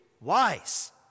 wise